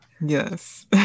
Yes